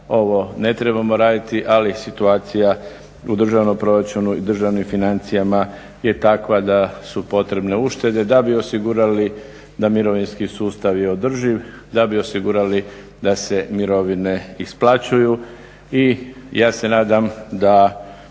ovo ne trebamo raditi, ali situacija u državnom proračunu i državnim financijama je takva da su potrebne uštede da bi osigurali da mirovinski sustav je održiv, da bi osigurali da se mirovine isplaćuju. I ja se nadam da